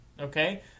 okay